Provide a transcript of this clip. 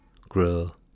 grow